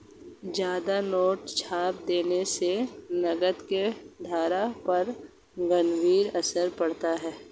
ज्यादा नोट छाप देने से नकद की धारा पर गंभीर असर पड़ता है